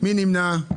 מי נמנע?